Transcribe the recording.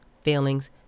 feelings